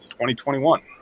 2021